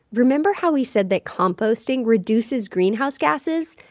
remember how we said that composting reduces greenhouse gases?